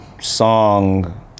song